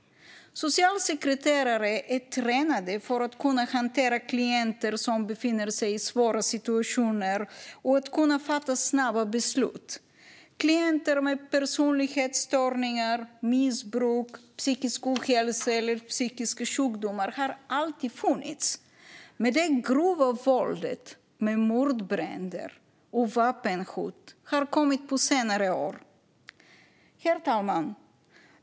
Socialsekreterare är tränade för att kunna hantera klienter som befinner sig i svåra situationer och för att kunna fatta snabba beslut. Klienter med personlighetsstörningar, missbruk, psykisk ohälsa eller psykiska sjukdomar har alltid funnits. Men det grova våldet, med mordbränder och vapenhot, har kommit på senare år. Herr talman!